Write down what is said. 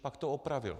Tak to opravil.